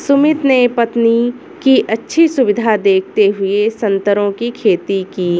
सुमित ने पानी की अच्छी सुविधा देखते हुए संतरे की खेती की